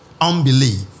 unbelief